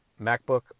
MacBook